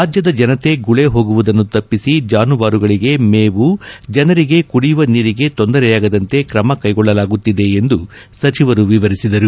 ರಾಜ್ಯದ ಜನತೆ ಗುಳಿ ಹೋಗುವುದನ್ನು ತಪ್ಪಿಸಿ ಜಾನುವಾರುಗಳಿಗೆ ಮೇವು ಜನರಿಗೆ ಕುಡಿಯುವ ನೀರಿಗೆ ತೊಂದರೆಯಾಗದಂತೆ ಕ್ರಮ ಕೈಗೊಳ್ಳಲಾಗುತ್ತಿದೆ ಎಂದು ಸಚಿವರು ವಿವರಿಸಿದರು